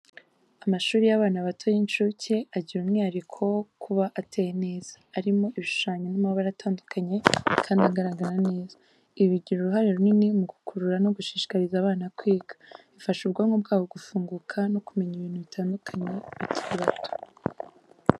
Amashuri y’abana bato (y’incuke) agira umwihariko wo kuba ateye neza, arimo ibishushanyo n’amabara atandukanye kandi agaragara neza. Ibi bigira uruhare runini mu gukurura no gushishikariza abana kwiga, bifasha ubwonko bwabo gufunguka no kumenya ibintu bitandukanye bakiri bato.